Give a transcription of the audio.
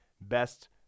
best